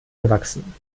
gewachsen